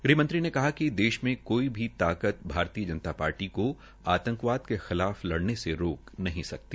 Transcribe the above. गृहमंत्री ने कहा कि देश में कोई भी ताकत भारतीय जनता पार्टी को आतंकबाद के खिलाफ लड़ने से रोक नहीं सकती